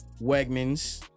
Wegmans